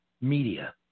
media